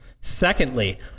Secondly